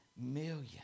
million